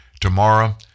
Tomorrow